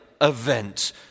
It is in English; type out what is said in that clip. event